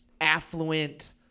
affluent